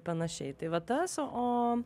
panašiai tai va tas o o